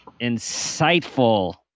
insightful